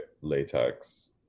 latex